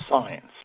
science